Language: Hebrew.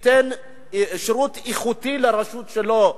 ייתן שירות איכותי לרשות שלו,